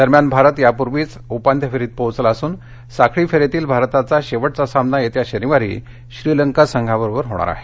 दरम्यान भारत यापूर्वीच उपांत्यफेरीत पोहोचला असून साखळी फेरीतील भारताचा शेवटचा सामना येत्या शनिवारी श्रीलंका संघाबरोबर होणार आहे